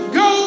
go